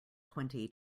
twenty